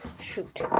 Shoot